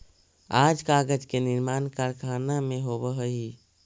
आज कागज के निर्माण कारखाना में होवऽ हई